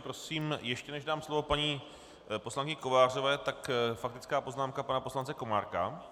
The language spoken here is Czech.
Prosím, ještě než dám slovo paní poslankyni Kovářové, tak faktická poznámka pana poslance Komárka.